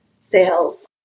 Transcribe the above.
sales